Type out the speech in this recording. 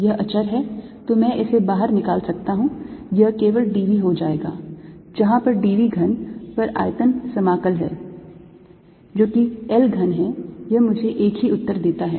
यह अचर है तो मैं इसे बाहर निकाल सकता हूं यह केवल d v हो जाएगा जहां पर d v घन पर आयतन समाकल है जो कि L घन है यह मुझे एक ही उत्तर देता है